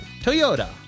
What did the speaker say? Toyota